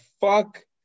fuck